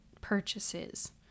purchases